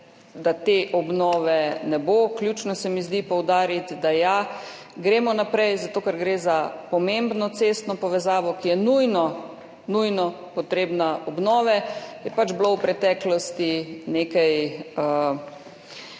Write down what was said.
da te obnove ne bo. Ključno se mi zdi poudariti, da ja, gremo naprej, zato ker gre za pomembno cestno povezavo, ki je nujno potrebna obnove. V preteklosti je